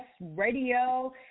radio